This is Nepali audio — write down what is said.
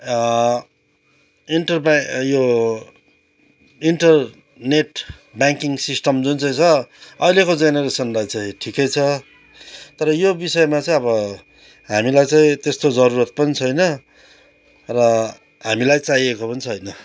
इन्टरपाइ यो इन्टरनेट ब्याङ्किङ सिस्टम जुन चाहिँ छ अहिलेको जेनेरेसनलाई चाहिँ ठिकै छ तर यो विषयमा चाहिँ अब हामीलाई चाहिँ त्यस्तो जरुरत पनि छैन र हामीलाई चाहिएको पनि छैन